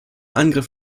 angriff